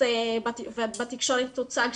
קמיניץ,